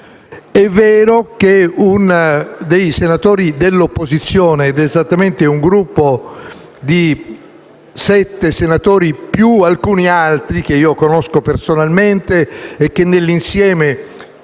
È vero che dei senatori dell'opposizione (esattamente un gruppo di sette più alcuni altri che io conosco personalmente e che, nell'insieme,